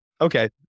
okay